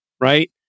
right